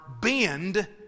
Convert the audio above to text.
bend